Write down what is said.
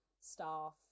staff